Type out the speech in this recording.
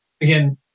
again